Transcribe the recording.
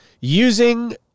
using